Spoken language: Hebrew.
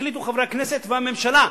החליטו חברי הכנסת והממשלה,